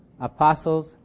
apostles